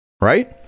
right